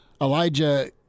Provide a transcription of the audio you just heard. elijah